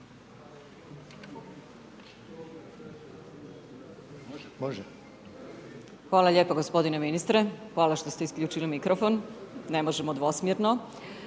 (HDZ)** Hvala lijepo gospodine ministre, hvala što ste isključili mikrofon, ne možemo dvosmjerno.